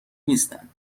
نیستند